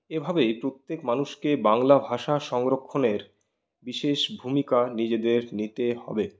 এভাবে প্রত্যেক মানুষকে বাংলা ভাষা সংরক্ষণের বিশেষ ভূমিকা নিজেদের নিতে হবে